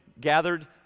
gathered